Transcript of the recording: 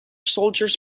soldiers